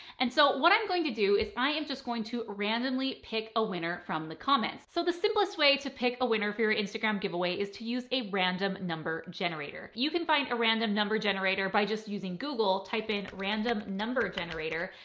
and so what i'm going to do is i am just going to randomly pick a winner from the comments. so the simplest way to pick a winner for your instagram giveaway is to use a random number generator. you can find a random number generator by just using google type in random number generator.